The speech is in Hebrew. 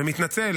ומתנצל